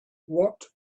what